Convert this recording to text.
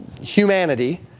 humanity